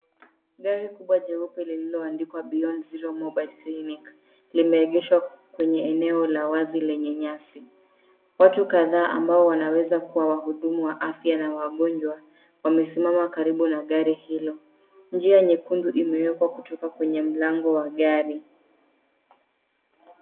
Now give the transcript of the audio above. Gari kubwa jeupe lililoandikwa, beyond zero mobile clinic, limeegeshwa kwenye eneo la wazi lenye nyasi. Watu kadhaa ambao wanaweza kuwa wahudumu wa afya na wagonjwa wamesimama karibu na gsri hilo. Njia nyekundu imeekwa kutoka kwenye mlango wa gari.